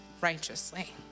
righteously